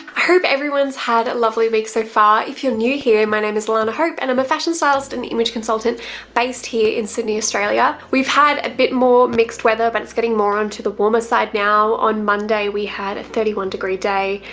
hope everyone's had a lovely week so far. if you're new here, my name is alarna hope and i'm a fashion stylist and image consultant based here in sydney, australia. we've had a bit more mixed weather but it's getting more into the warmer side now. on monday, we had a thirty one degree day.